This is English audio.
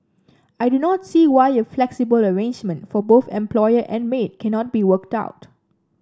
I do not see why a flexible arrangement for both employer and maid cannot be worked out